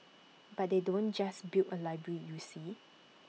but they don't just build A library you see